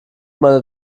meine